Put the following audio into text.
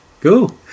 Cool